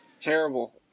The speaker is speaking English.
Terrible